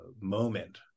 moment